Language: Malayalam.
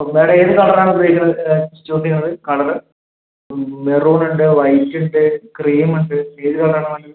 അപ്പോൾ മാഡം ഏത് കളർ ആണ് ഉപയോഗിക്കുന്നത് ചൂസ് ചെയ്യുന്നത് കളർ മെറൂൺ ഉണ്ട് വൈറ്റ് ഉണ്ട് ക്രീം ഉണ്ട് ഏത് കളർ ആണ് വേണ്ടത്